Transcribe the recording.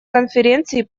конференции